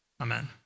Amen